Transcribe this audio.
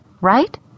right